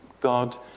God